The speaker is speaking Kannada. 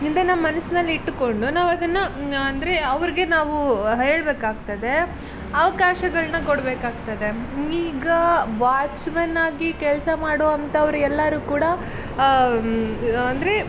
ಇದನ್ನು ಮನಸ್ಸಿನಲ್ಲಿ ಇಟ್ಟುಕೊಂಡು ನಾವು ಅದನ್ನು ಅಂದರೆ ಅವ್ರಿಗೆ ನಾವು ಹೇಳಬೇಕಾಗ್ತದೆ ಅವಕಾಶಗಳನ್ನ ಕೊಡಬೇಕಾಗ್ತದೆ ಈಗ ವಾಚ್ಮ್ಯಾನ್ ಆಗಿ ಕೆಲಸ ಮಾಡುವಂಥವರು ಎಲ್ಲರೂ ಕೂಡ ಅಂದರೆ